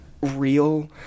real